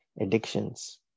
addictions